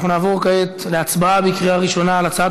אנחנו נעבור כעת להצבעה בקריאה ראשונה על הצעת